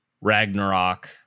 Ragnarok